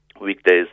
weekdays